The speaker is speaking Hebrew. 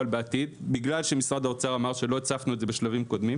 בעתיד - בגלל שמשרד האוצר אמר שלא הצפנו את זה בשלבים קודמים,